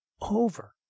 over